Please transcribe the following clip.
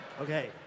Okay